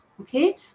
okay